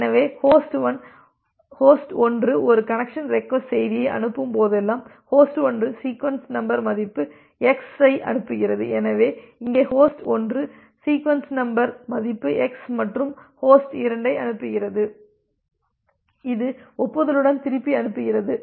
எனவே ஹோஸ்ட் 1 ஒரு connection request செய்தியை அனுப்பும் போதெல்லாம் ஹோஸ்ட் 1 சீக்வென்ஸ் நம்பர் மதிப்பு எக்ஸ் ஐ அனுப்புகிறது எனவே இங்கே ஹோஸ்ட் 1 சீக்வென்ஸ் நம்பர் மதிப்பு எக்ஸ் மற்றும் ஹோஸ்ட் 2 ஐ அனுப்புகிறது இது ஒப்புதலுடன் திருப்பி அனுப்புகிறது